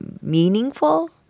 meaningful